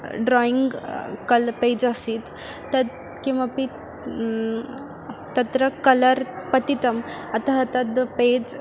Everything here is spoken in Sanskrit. ड्रायिङ्ग् कल् पेज् आसीत् तत् किमपि तत्र कलर् पतितम् अतः तद् पेज्